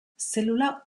zelula